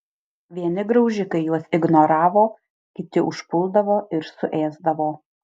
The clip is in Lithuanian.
vieni graužikai juos ignoravo kiti užpuldavo ir suėsdavo